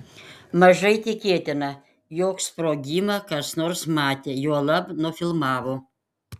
mažai tikėtina jog sprogimą kas nors matė juolab nufilmavo